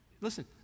Listen